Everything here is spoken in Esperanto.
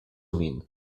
min